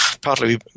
partly